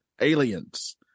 aliens